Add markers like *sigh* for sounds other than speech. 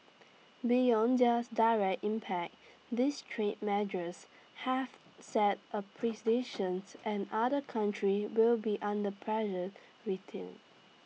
beyond theirs direct impact these trade measures have set A *unintelligible* and other country will be under pressure retail